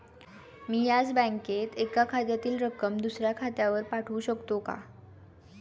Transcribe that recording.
मी याच बँकेत एका खात्यातील रक्कम दुसऱ्या खात्यावर पाठवू शकते का?